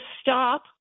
stop